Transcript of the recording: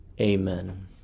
amen